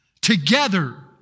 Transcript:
together